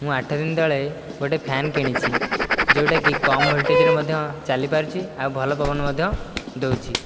ମୁଁ ଆଠଦିନ ତଳେ ଗୋଟିଏ ଫ୍ୟାନ୍ କିଣିଛି ଯେଉଁଟା କି କମ୍ ଭୋଲଟେଜରେ ମଧ୍ୟ ଚାଲିପାରୁଛି ଆଉ ଭଲ ପବନ ମଧ୍ୟ ଦେଉଛି